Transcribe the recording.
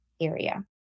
area